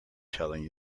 telling